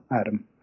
Adam